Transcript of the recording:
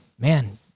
man